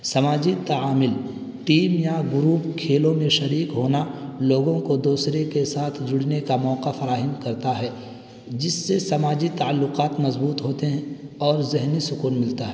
سماجی تعامل ٹیم یا گروپ کھیلوں میں شریک ہونا لوگوں کو دوسرے کے ساتھ جڑنے کا موقع فراہم کرتا ہے جس سے سماجی تعلقات مضبوط ہوتے ہیں اور ذہنی سکون ملتا ہے